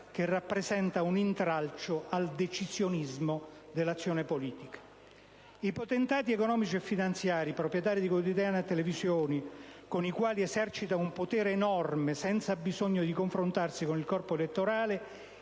che rappresenta un intralcio al decisionismo dell'azione politica. I potentati economici e finanziari - proprietari di quotidiani e televisioni con i quali esercitano un potere enorme senza bisogno di confrontarsi con il corpo elettorale